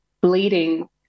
bleeding